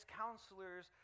counselors